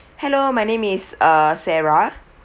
hello my name is uh sarah